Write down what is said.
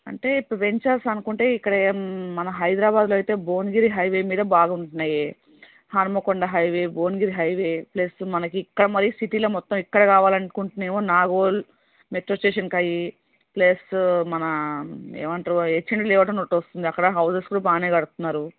అంటే ఇప్పుడు వెంచర్స్ అనుకుంటే ఇక్కడే మన హైదరాబాదులో అయితే భువనగిరి హైవే మీద బాగుంటున్నాయే Hanumakonda highway Bhuvanagiri highway plus మనకి ఇక్కడ మరి సిటీలో మొత్తం ఎక్కడ కావాలి అనుకుంటూనేమో నా గోల్ మెట్రో స్టేషన్ కయి ప్లస్సు మన ఏమంటారు అవి యక్షిని లే అవుట్ అని ఒకటి వస్తుంది అక్కడ హౌసెస్ కూడా బాగానే కడుతున్నారు